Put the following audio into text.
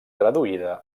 traduïda